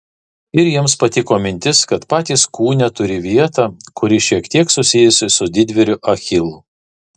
ir jiems patiko mintis kad patys kūne turi vietą kuri šiek tiek susijusi su didvyriu achilu